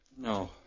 No